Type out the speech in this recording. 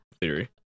theory